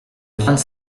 vingt